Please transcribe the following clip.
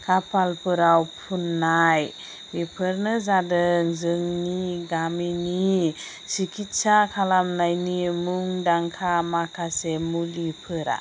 खाफालफोराव फुननाय बेफोरनो जादों जोंनि गामिनि सिकित्सा खालामनायनि मुंदांखा माखासे मुलिफोरा